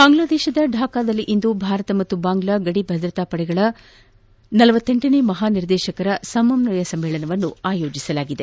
ಬಾಂಗ್ಲಾದೇಶದ ಢಾಕಾದಲ್ಲಿಂದು ಭಾರತ ಮತ್ತು ಬಾಂಗ್ಲಾ ಗದಿ ಭದ್ರತಾ ಪಡೆಗಳ ನಡುವೆ ಳಲನೇ ಮಹಾ ನಿರ್ದೇಶಕರ ಮಟ್ಟದ ಸಮನ್ವಯ ಸಮ್ಮೇಳನ ಆಯೋಜಿಸಲಾಗಿದೆ